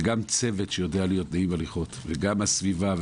וגם צוות שיודע להיות נעים הליכות וגם הסביבה,